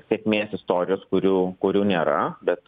sėkmės istorijos kurių kurių nėra bet